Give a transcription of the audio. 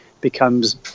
becomes